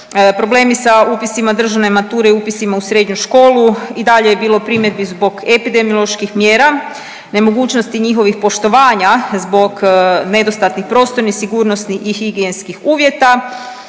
problemi sa upisima državne mature i upisima u srednju školu i dalje je bilo primjedbi zbog epidemioloških mjera, nemogućnosti njihovih poštovanja zbog nedostatnih prostornih, sigurnosnih i higijenskih uvjeta,